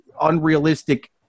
unrealistic